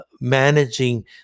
managing